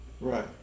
Right